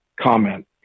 comment